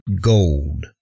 gold